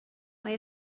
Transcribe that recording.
mae